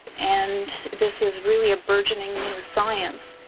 and this is really a burgeoning new science.